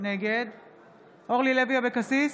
נגד אורלי לוי אבקסיס,